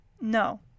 no